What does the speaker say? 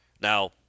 Now